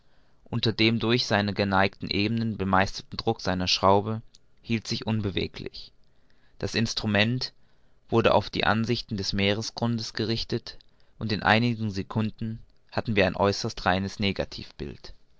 unter dem durch seine geneigten ebenen bemeisterten druck seiner schraube hielt sich unbeweglich das instrument wurde auf die ansichten des meeresgrundes gerichtet und in einigen secunden hatten wir ein äußerst reines